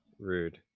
Rude